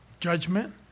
Judgment